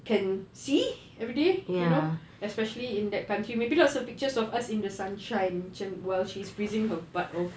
can see everyday you know especially in that country maybe lots of pictures of us in the sunshine macam while she freezing her butt off there